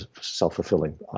self-fulfilling